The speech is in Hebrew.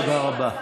תודה רבה.